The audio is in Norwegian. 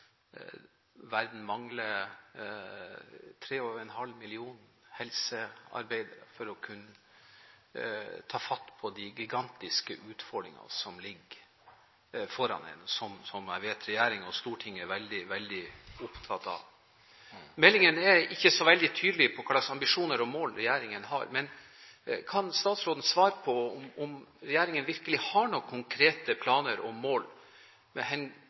verden mangler 4,3 millioner helsearbeidere for å kunne ta fatt på de gigantiske utfordringene som ligger foran en – som jeg vet regjering og storting er veldig, veldig opptatt av. Meldingen er ikke så veldig tydelig på hva slags ambisjoner og mål regjeringen har. Men kan statsråden svare på om regjeringen virkelig har noen konkrete planer og mål med